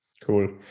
Cool